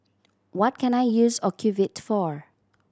what can I use Ocuvite for